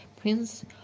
Prince